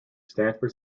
stanford